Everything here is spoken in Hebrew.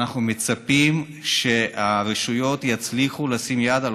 ואנחנו מצפים שהרשויות יצליחו לשים יד על